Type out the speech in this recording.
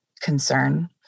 concern